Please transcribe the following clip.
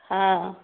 हँ